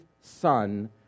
Son